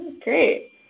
great